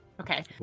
Okay